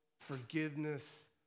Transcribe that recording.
forgiveness